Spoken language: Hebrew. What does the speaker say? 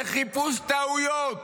זה חיפוש טעויות.